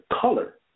color